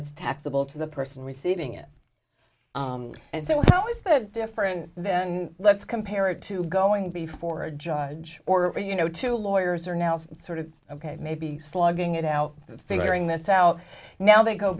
it's taxable to the person receiving it and so how is that different then let's compare it to going before a judge or you know two lawyers are now some sort of ok maybe slugging it out figuring this out now they go